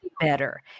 better